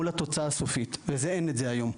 מול התוצאה הסופית ואת זה אין את זה היום.